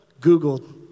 Googled